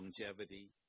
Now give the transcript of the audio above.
longevity